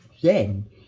Then